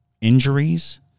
injuries